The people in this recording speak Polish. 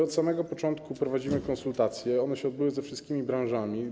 Od samego początku prowadzimy konsultacje, one się odbyły ze wszystkimi branżami.